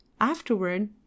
Afterward